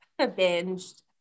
binged